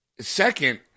Second